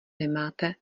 nemáte